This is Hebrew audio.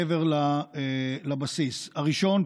מעבר לבסיס: הראשון,